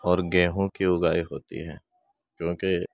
اور گیہوں کی اُگائی ہوتی ہے کیوںکہ